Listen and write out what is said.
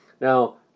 Now